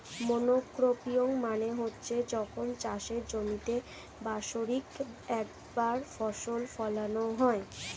monocropping মানে হচ্ছে যখন চাষের জমিতে বাৎসরিক একবার ফসল ফোলানো হয়